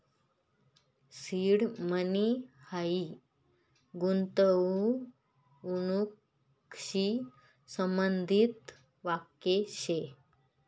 seed money हायी गूंतवणूकशी संबंधित वाक्य शे